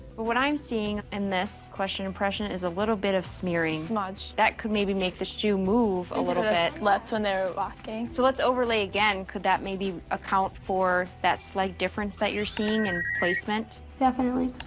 what i'm seeing in this question impression is a little bit of smearing. smudge. that could maybe make the shoe move a little bit. left when they were walking. so let's overlay again, could that maybe account for that slight difference that you're seeing in placement? definitely,